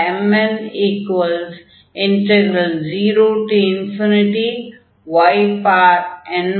Bmn0yn 11ymndy என்று ஆகும்